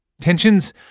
Tensions